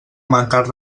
mancar